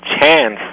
chance